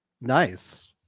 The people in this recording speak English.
Nice